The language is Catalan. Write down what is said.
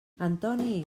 antoni